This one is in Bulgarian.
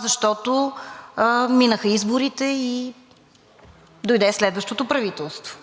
защото минаха изборите и дойде следващото правителство.